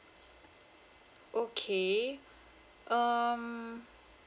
okay um